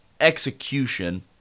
execution